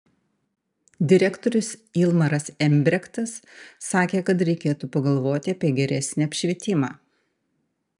direktorius ilmaras embrektas sakė kad reikėtų pagalvoti apie geresnį apšvietimą